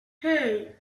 hey